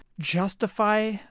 justify